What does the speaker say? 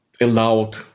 allowed